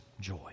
joy